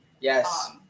Yes